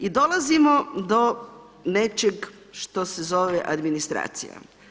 I dolazimo do nečeg što se zove administracija.